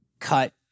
cut